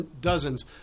dozens